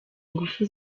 ingufu